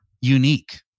unique